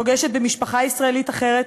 פוגשת במשפחה ישראלית אחרת,